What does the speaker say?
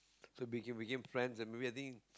so we became friends and maybe I think